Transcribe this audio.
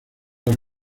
las